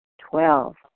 Twelve